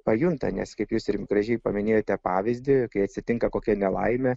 pajunta nes kaip jūs ir gražiai paminėjote pavyzdį kai atsitinka kokia nelaimė